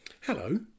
Hello